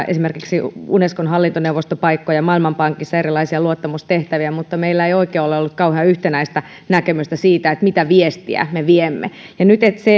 esimerkiksi unescon hallintoneuvostopaikkoja maailmanpankissa erilaisia luottamustehtäviä mutta meillä ei oikein ole ollut kauhean yhtenäistä näkemystä siitä mitä viestiä me viemme ja nyt se